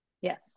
Yes